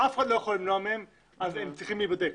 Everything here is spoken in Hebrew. אף אחד לא יוכל למנוע מהם, הן צריכות להיבדק.